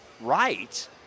right